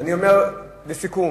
אני אומר, לסיכום,